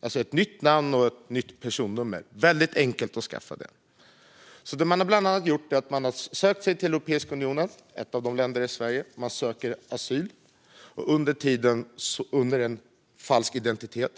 alltså ett nytt namn och ett nytt personnummer. Det man bland annat har gjort är att söka sig till länder i Europeiska unionen, varav ett av länderna är Sverige, och söka asyl under falsk identitet.